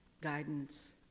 guidance